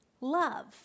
love